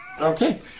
Okay